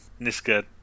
Niska